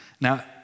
Now